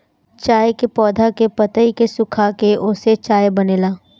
चाय के पौधा के पतइ के सुखाके ओसे चाय बनेला